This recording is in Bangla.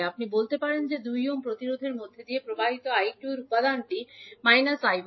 আপনি বলতে পারেন যে 2 ওহম প্রতিরোধের মধ্য দিয়ে প্রবাহিত 𝐈2 এর উপাদানটি −𝐈1